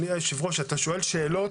אני מדבר על הקמת